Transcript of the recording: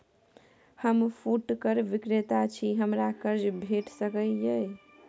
हम फुटकर विक्रेता छी, हमरा कर्ज भेट सकै ये?